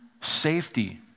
safety